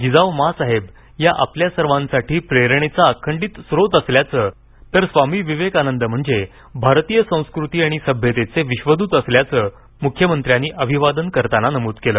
जिजाऊ मॅंसाहेब या आपल्या सर्वांसाठीप्रेरणेपा अखंडीत स्लोत असल्यायं तरस्वामी विवेकानंद म्हणजे भारतीय संस्कृती आणि सम्यतेपे विबदूत असल्यायं मुख्यमंत्र्यांनी अमिवादन करताना नमूद केलं